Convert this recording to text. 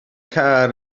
car